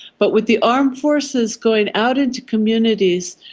but with the armed forces going out into communities,